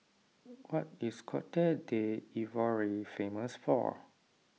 what is Cote D'Ivoire famous for